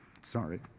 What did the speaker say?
Sorry